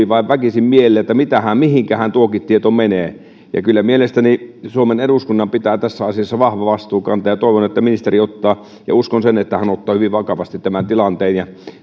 vain väkisin mieleen että mihinkähän tuokin tieto menee kyllä mielestäni suomen eduskunnan pitää tässä asiassa vahva vastuu kantaa ja toivon että ministeri ottaa ja uskon sen että hän ottaa hyvin vakavasti tämän tilanteen